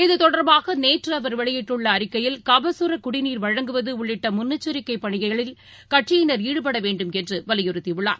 இதுதொடர்பாகநேற்றுஅவர் வெளியிட்டுள்ளஅறிக்கையில் கபசுரகுடிநீர் வழங்குவதுஉள்ளிட்டமுன்னெச்சரிக்கைபணிகளில் கட்சியினர் ஈடுபடவேண்டும் என்றுவலியுறுத்தியுள்ளார்